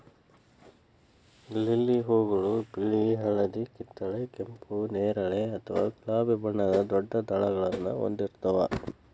lily ಹೂಗಳು ಬಿಳಿ, ಹಳದಿ, ಕಿತ್ತಳೆ, ಕೆಂಪು, ನೇರಳೆ ಅಥವಾ ಗುಲಾಬಿ ಬಣ್ಣದ ದೊಡ್ಡ ದಳಗಳನ್ನ ಹೊಂದಿರ್ತಾವ